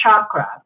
chakra